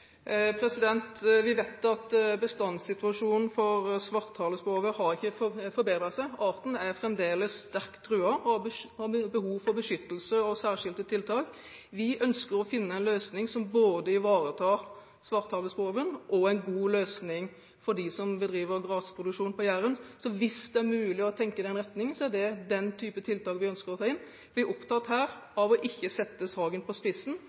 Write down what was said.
Vi vet at bestandssituasjonen for svarthalespove ikke har forbedret seg. Arten er fremdeles sterkt truet og har behov for beskyttelse og særskilte tiltak. Vi ønsker å finne en løsning som både ivaretar svarthalespoven og er en god løsning for dem som bedriver grasproduksjon på Jæren. Så hvis det er mulig å tenke i den retningen, er det den type tiltak vi ønsker å ta inn. Vi er her opptatt av ikke å sette saken på spissen,